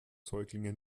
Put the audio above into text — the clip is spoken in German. säuglinge